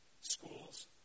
schools